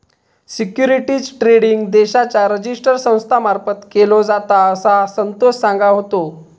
securities trading देशाच्या register संस्था मार्फत केलो जाता, असा संतोष सांगा होतो